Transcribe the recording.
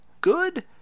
good